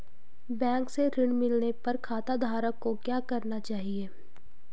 Bank से ऋण मिलने पर खाताधारक को क्या करना चाहिए?